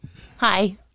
Hi